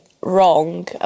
wrong